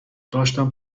داشتم